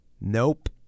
Nope